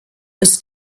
ist